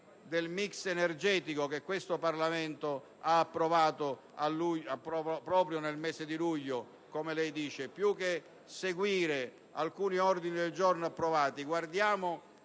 del mix energetico che il Parlamento ha approvato proprio nel mese di luglio. Più che seguire alcuni ordini del giorno approvati,